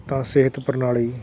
ਤਾਂ ਸਿਹਤ ਪ੍ਰਣਾਲੀ